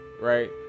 right